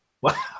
Wow